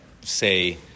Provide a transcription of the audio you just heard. say